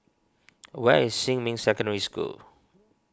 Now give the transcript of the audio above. where is Xinmin Secondary School